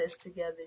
together